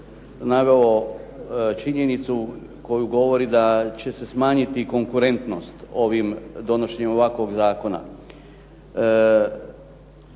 naveo činjenicu koju govori da će se smanjiti konkurentnost ovim donošenjem ovakvog zakona.